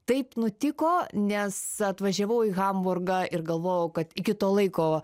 taip nutiko nes atvažiavau į hamburgą ir galvojau kad iki to laiko